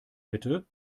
bitte